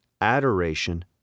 adoration